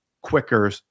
quicker